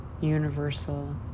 universal